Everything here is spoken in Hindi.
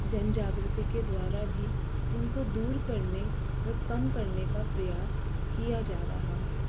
जन जागृती के द्वारा भी इनको दूर करने व कम करने का प्रयास किया जा रहा है